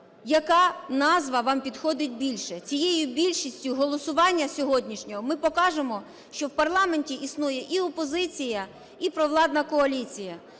яка назва вам підходить більше. Цією більшістю голосування сьогоднішнього ми покажемо, що в парламенті існує і опозиція, і провладна коаліція,